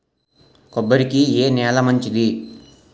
కొబ్బరి కి ఏ నేల మంచిది?